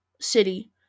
city